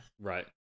right